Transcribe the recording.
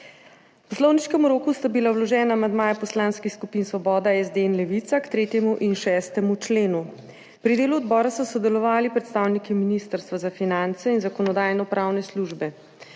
V poslovniškem roku sta bila vložena amandmaja poslanskih skupin Svoboda, SD in Levica k 3. in 6. členu. Pri delu odbora so sodelovali predstavniki Ministrstva za finance in Zakonodajno-pravne službe.